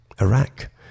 Iraq